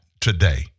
today